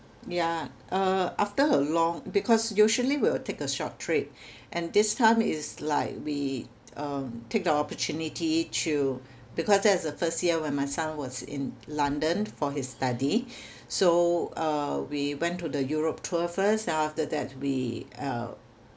yeah uh after her long because usually we will take a short trip and this time is like we um take the opportunity to because that is the first year when my son was in London for his study so uh we went to the Europe tour first then after that we uh